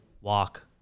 walk